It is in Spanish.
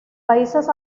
países